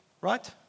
right